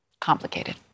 Complicated